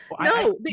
no